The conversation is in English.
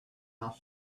mouth